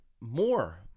more